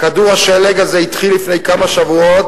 כדור השלג הזה התחיל לפני כמה שבועות